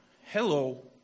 hello